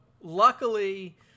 luckily